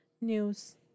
news